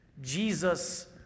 Jesus